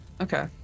Okay